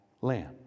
land